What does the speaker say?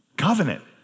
covenant